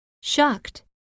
shocked